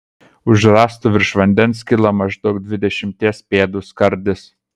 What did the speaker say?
už rąstų virš vandens kilo maždaug dvidešimties pėdų skardis